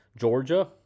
Georgia